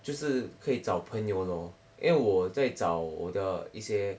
就是可以找朋友咯因为我在找我的一些